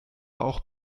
auch